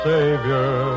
Savior